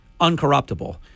uncorruptible